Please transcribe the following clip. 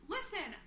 Listen